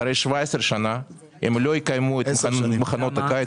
אחרי 17 שנה, הם לא יקיימו את מחנות הקיץ.